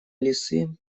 лисы